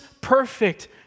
perfect